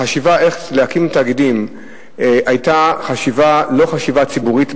החשיבה איך להקים תאגידים לא היתה חשיבה ציבורית,